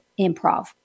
improv